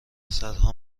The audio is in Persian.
صدها